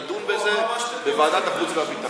לדון בזה בוועדת החוץ והביטחון.